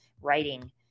writing